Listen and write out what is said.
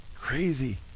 crazy